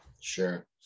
Sure